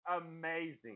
amazing